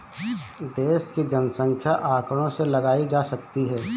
देश की जनसंख्या आंकड़ों से लगाई जा सकती है